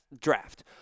draft